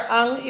ang